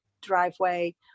driveway